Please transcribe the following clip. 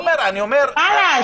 חלאס.